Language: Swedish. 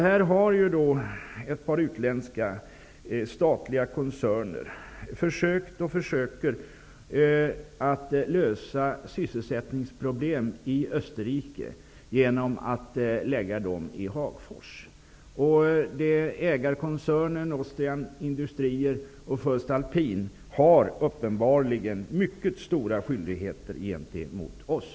Här har ett par utländska statliga koncerner försökt och försöker att lösa sysselsättningsproblem i Österrike genom att lägga dem i Hagfors. Ägarkoncernen Austrian Industries och Voest-Alpine har uppenbarligen mycket stora skyldigheter gentemot oss.